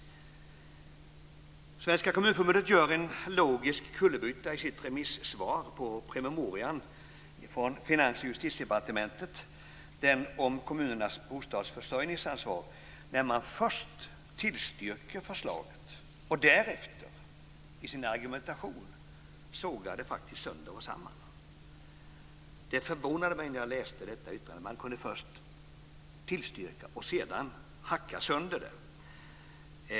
Svenska kommunförbundet gör en logisk kullerbytta i sitt remissvar på promemorian från Finansoch Justitiedepartementen om kommunernas bostadsförsörjningsansvar, när man först tillstyrker förslaget och därefter i sin argumentation sågar det sönder och samman. Det förvånade mig när jag läste detta yttrande att man först kunde tillstyrka det och sedan hacka sönder det.